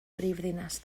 brifddinas